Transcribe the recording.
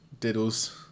Diddles